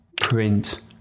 print